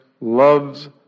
loves